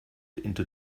into